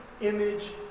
image